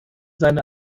seine